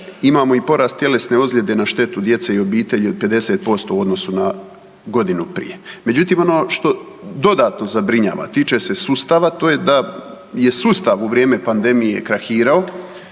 imamo i porast tjelesne ozljede na štetu djece i obitelji od 50% u odnosu na godinu prije. Međutim, ono što dodatno zabrinjava tiče se sustava, to je da je sustav u vrijeme pandemije krahirao